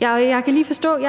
Jeg